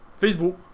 Facebook